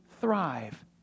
thrive